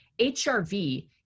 HRV